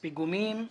פיגומים,